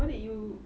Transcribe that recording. why did you